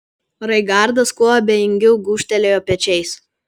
raigardas kuo abejingiau gūžtelėjo pečiais